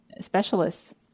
specialists